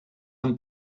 han